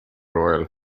royal